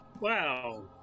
Wow